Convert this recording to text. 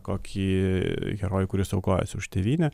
kokį herojų kuris aukojasi už tėvynę